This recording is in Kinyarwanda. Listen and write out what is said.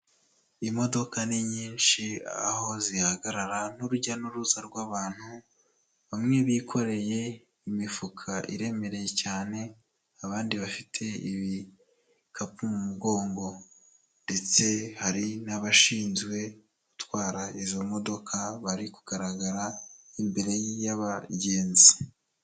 Imodoka ni nyinshi aho zihagarara n'urujya n'uruza rw'abantu, bamwe bikoreye imifuka iremereye cyane, abandi bafite ibikapu mu mugongo ndetse hari n'abashinzwe gutwara izo modoka bari kugaragara imbere y'abagenzi.